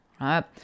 right